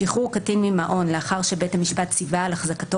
שחרור קטין ממעון לאחר שבית המשפט ציווה על החזקתו